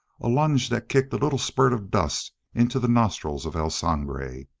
a lunge that kicked a little spurt of dust into the nostrils of el sangre.